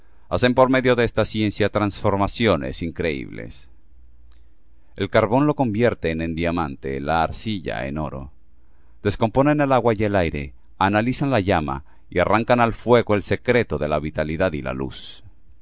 hacen por medio de esta ciencia trasformaciones increíbles el carbón lo convierten en diamante la arcilla en oro descomponen el agua y el aire analizan la llama y arrancan al fuego el secreto de la vitalidad y la luz